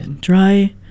dry